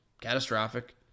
catastrophic